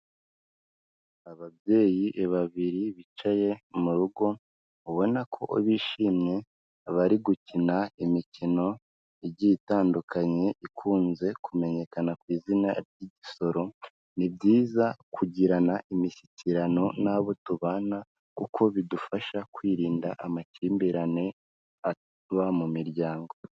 Ababyeyi babiri bicaye mu rugo, ubona ko bishimye, bari gukina imikino igiye itandukanye ikunze kumenyekana ku izina ry'igisoro, ni byiza kugirana imishyikirano n'abo tubana kuko bidufasha kwirinda amakimbirane ava mu miryango.